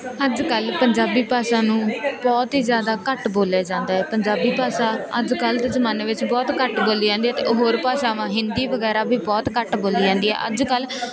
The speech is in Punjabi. ਅੱਜ ਕੱਲ੍ਹ ਪੰਜਾਬੀ ਭਾਸ਼ਾ ਨੂੰ ਬਹੁਤ ਹੀ ਜ਼ਿਆਦਾ ਘੱਟ ਬੋਲਿਆ ਜਾਂਦਾ ਹੈ ਪੰਜਾਬੀ ਭਾਸ਼ਾ ਅੱਜ ਕੱਲ੍ਹ ਤੇ ਜ਼ਮਾਨੇ ਵਿੱਚ ਬਹੁਤ ਘੱਟ ਬੋਲੀ ਜਾਂਦੀ ਹੈ ਅਤੇ ਹੋਰ ਭਾਸ਼ਾਵਾਂ ਹਿੰਦੀ ਵਗੈਰਾ ਵੀ ਬਹੁਤ ਘੱਟ ਬੋਲੀ ਜਾਂਦੀ ਹੈ ਅੱਜ ਕੱਲ੍ਹ